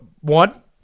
One